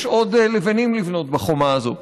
יש עוד לבנים לבנות בחומה הזאת,